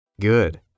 Good